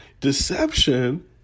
deception